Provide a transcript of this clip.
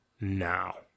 now